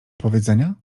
powiedzenia